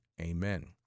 amen